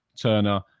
turner